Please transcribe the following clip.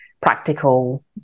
practical